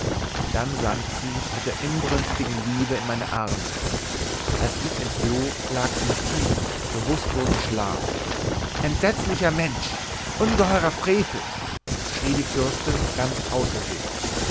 dann sank sie mit der inbrünstigsten liebe in meine arme als ich entfloh lag sie in tiefem bewußtlosen schlaf entsetzlicher mensch ungeheurer frevel schrie die fürstin ganz außer sich